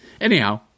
Anyhow